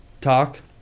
talk